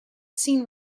seen